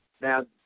Now